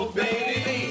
baby